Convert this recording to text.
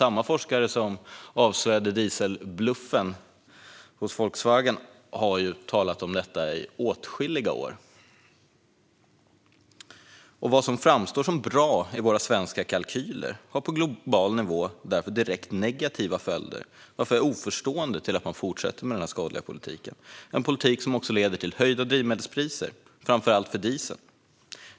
Samma forskare som avslöjade dieselbluffen hos Volkswagen har talat om detta i åtskilliga år. Vad som framstår som bra i våra svenska kalkyler har alltså direkt negativa följder på global nivå. Jag är därför oförstående till att man fortsätter med denna skadliga politik. Det är en politik som också leder till höjda drivmedelspriser, framför allt för diesel.